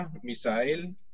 Misael